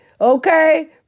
Okay